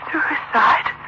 Suicide